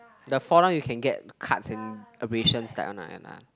the fall down you can get cuts and abrasions that one ah that one ah